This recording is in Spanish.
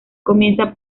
comienza